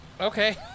okay